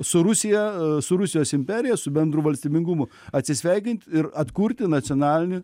su rusija su rusijos imperija su bendru valstybingumu atsisveikint ir atkurti nacionalinį